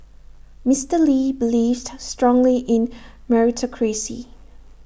Mister lee believed strongly in meritocracy